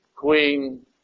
Queen